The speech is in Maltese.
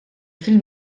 fil